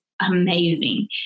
amazing